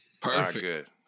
Perfect